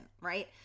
right